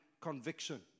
conviction